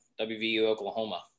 WVU-Oklahoma